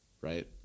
right